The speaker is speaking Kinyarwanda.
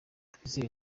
twizere